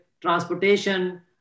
transportation